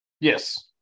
Yes